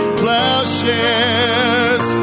plowshares